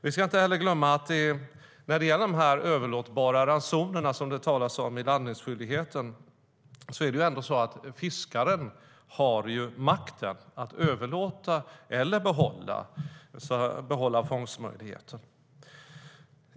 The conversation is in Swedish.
Vi ska inte heller glömma att fiskaren när det gäller de överlåtbara ransonerna, som det talas om i landningsskyldigheten, har makten att överlåta eller behålla fångstmöjligheten.